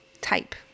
type